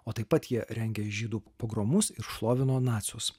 o taip pat jie rengė žydų pogromus ir šlovino nacius